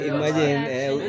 Imagine